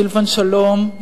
סילבן שלום,